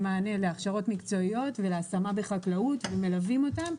מענה להכשרות מקצועיות ולהשמה בחקלאות ומלווים אותם,